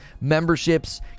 memberships